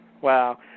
Wow